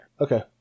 Okay